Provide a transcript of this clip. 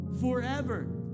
Forever